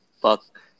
Fuck